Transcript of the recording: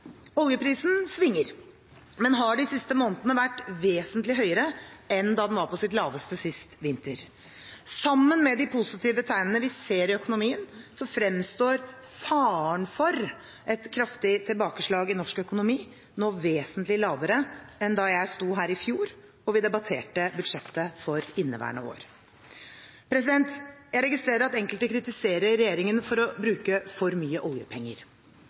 Oljeprisen svinger, men har de siste månedene vært vesentlig høyere enn da den var på sitt laveste, sist vinter. Sammen med de positive tegnene vi ser i økonomien, fremstår faren for et kraftig tilbakeslag i norsk økonomi nå vesentlig mindre enn da jeg sto her i fjor og vi debatterte budsjettet for inneværende år. Jeg registrerer at enkelte kritiserer regjeringen for å bruke for mye oljepenger.